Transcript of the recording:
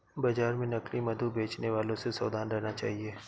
बाजार में नकली मधु बेचने वालों से सावधान रहना चाहिए